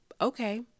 Okay